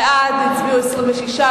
בעד הצביעו 26,